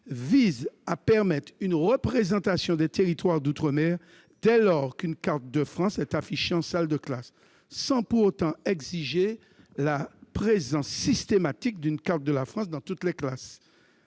de permettre une représentation des territoires d'outre-mer, dès lors qu'une carte de France est affichée en salle de classe, sans pour autant exiger la présence systématique d'une carte de la France dans toutes les classes.